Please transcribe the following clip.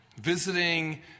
Visiting